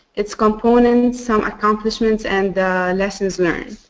its components, some accomplishments and lessons learned.